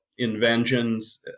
inventions